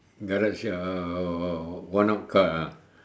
garage uh one off car ah